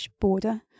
border